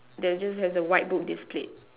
that just has a white book displayed